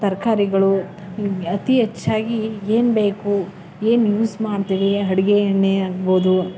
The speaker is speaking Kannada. ತರಕಾರಿಗಳೂ ಅತಿ ಹೆಚ್ಚಾಗಿ ಏನು ಬೇಕು ಏನು ಯೂಸ್ ಮಾಡ್ತೀವಿ ಅಡ್ಗೆ ಎಣ್ಣೆ ಆಗ್ಬೋದು